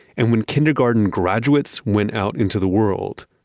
and when kindergarten graduates went out into the world,